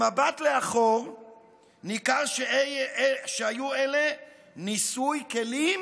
במבט לאחור ניכר שהיו אלה ניסוי כלים